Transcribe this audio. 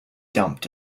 dumped